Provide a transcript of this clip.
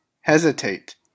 hesitate